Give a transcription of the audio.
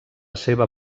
seva